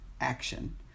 action